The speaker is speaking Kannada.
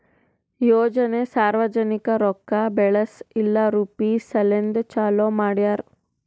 ಯೋಜನೆ ಸಾರ್ವಜನಿಕ ರೊಕ್ಕಾ ಬೆಳೆಸ್ ಇಲ್ಲಾ ರುಪೀಜ್ ಸಲೆಂದ್ ಚಾಲೂ ಮಾಡ್ಯಾರ್